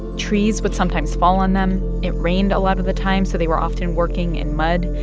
trees would sometimes fall on them. it rained a lot of the time, so they were often working in mud.